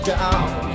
down